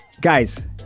Guys